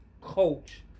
coach